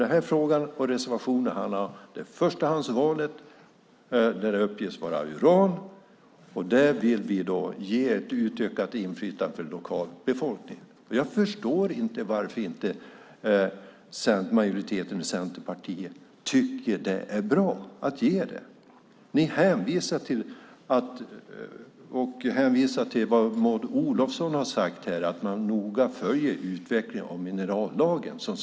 Det som reservationen handlar om är att vi vill ge ökat inflytande för lokalbefolkningen när förstahandsvalet uppges vara uran. Jag förstår inte varför inte majoriteten i Centerpartiet tycker att detta är bra. Ni hänvisar till vad Maud Olofsson har sagt, att man noga följer utvecklingen av minerallagen.